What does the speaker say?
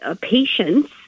patients